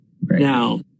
Now